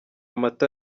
amata